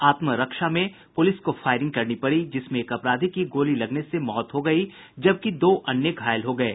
आत्मरक्षा में पुलिस को फायरिंग करनी पड़ी जिसमें एक अपराधी की गोली लगने से मौत हो गई जबकि दो अन्य घायल हो गये